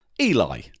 Eli